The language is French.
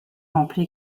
remplie